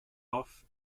off